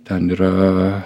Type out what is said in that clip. ten yra